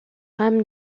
rames